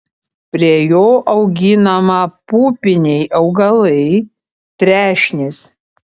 prie jo auginama pupiniai augalai trešnės